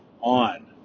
on